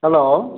hello